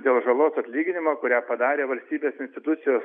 dėl žalos atlyginimo kurią padarė valstybės institucijos